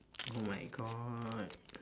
oh my god